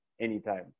anytime